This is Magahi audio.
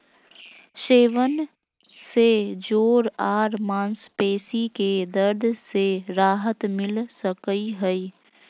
सेवन से जोड़ आर मांसपेशी के दर्द से राहत मिल सकई हई